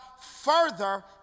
further